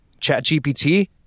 ChatGPT